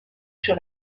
sur